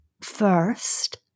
first